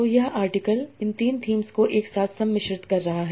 तो यह आर्टिकल इन 3 थीम्स को एक साथ सम्मिश्रित कर रहा है